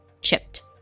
chipped